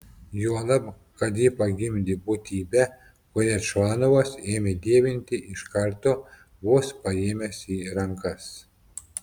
juolab kad ji pagimdė būtybę kurią čvanovas ėmė dievinti iš karto vos paėmęs į rankas